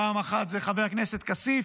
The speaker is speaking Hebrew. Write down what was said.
פעם אחת זה חבר הכנסת כסיף,